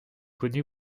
connu